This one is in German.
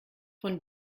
von